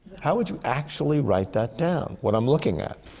how would you actually write that down? what i'm looking at.